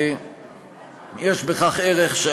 יש בכך ערך,